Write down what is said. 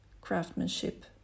craftsmanship